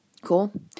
Cool